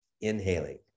inhaling